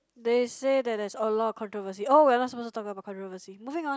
they say that there's a lot of controversy oh we're not supposed to talk about controversy moving on